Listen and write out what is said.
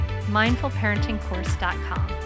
mindfulparentingcourse.com